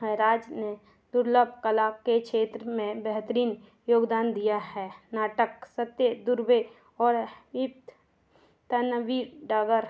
हैं राज ने दुर्लभ कला के क्षेत्र में बेहतरीन योगदान दिया है नाटक सत्य दुरबे और वीप्त तन्वी डागर